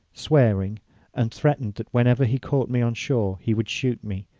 swearing and threatened that whenever he caught me on shore he would shoot me,